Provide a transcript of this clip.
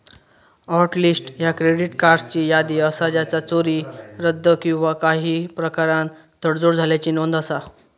hot list ह्या credit कार्ड्सची यादी असा ज्याचा चोरी, रद्द किंवा काही प्रकारान तडजोड झाल्याची नोंद असा